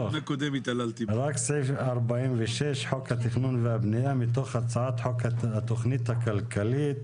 רק סעיף 46 (חוק התכנון והבנייה) מתוך הצעת חוק התכנית הכלכלית